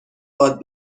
باد